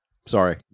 Sorry